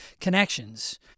connections